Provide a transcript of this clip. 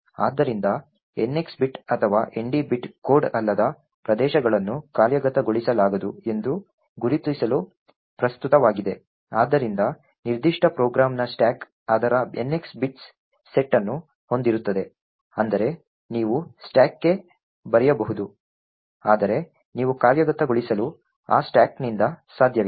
ಆದ್ದರಿಂದ NX bit ಅಥವಾ ND bit code ಅಲ್ಲದ ಪ್ರದೇಶಗಳನ್ನು ಕಾರ್ಯಗತಗೊಳಿಸಲಾಗದು ಎಂದು ಗುರುತಿಸಲು ಪ್ರಸ್ತುತವಾಗಿದೆ ಆದ್ದರಿಂದ ನಿರ್ದಿಷ್ಟ ಪ್ರೋಗ್ರಾಂನ ಸ್ಟಾಕ್ ಅದರ NX ಬಿಟ್ಸ್ ಸೆಟ್ ಅನ್ನು ಹೊಂದಿರುತ್ತದೆ ಅಂದರೆ ನೀವು ಸ್ಟಾಕ್ಗೆ ಬರೆಯಬಹುದು ಆದರೆ ನೀವು ಕಾರ್ಯಗತಗೊಳಿಸಲು ಆ ಸ್ಟಾಕ್ ನಿಂದ ಸಾಧ್ಯವಿಲ್ಲ